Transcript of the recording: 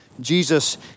Jesus